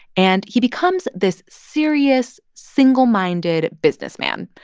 and he becomes this serious, single-minded businessman.